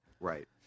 right